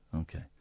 Okay